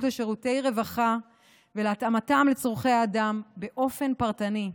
לשירותי רווחה ולהתאמתם לצורכי האדם באופן פרטני.